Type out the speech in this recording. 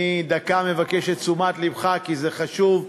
אני מבקש את תשומת לבך, כי זה חשוב.